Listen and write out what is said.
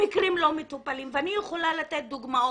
המקרים לא מטופלים ואני יכולה לתת דוגמאות.